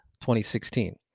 2016